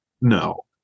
no